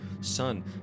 son